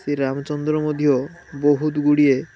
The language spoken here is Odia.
ଶ୍ରୀରାମଚନ୍ଦ୍ର ମଧ୍ୟ ବହୁତ ଗୁଡ଼ିଏ